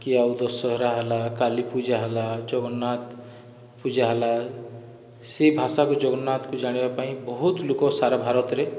କି ଆଉ ଦଶହରା ହେଲା କାଳୀପୂଜା ହେଲା ଜଗନ୍ନାଥ ପୂଜା ହେଲା ସେ ଭାଷାକୁ ଜଗନ୍ନାଥକୁ ଜାଣିବା ପାଇଁ ବହୁତ ଲୋକ ସାରା ଭାରତରେ